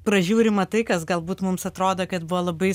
pražiūrima tai kas galbūt mums atrodo kad buvo labai